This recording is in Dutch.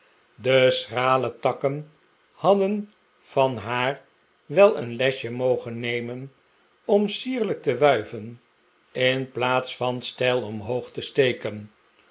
de schrale takken hadden van haar wel een lesje mogen nemen om sierlijk te wuiven in plaats van steil omhoog te steken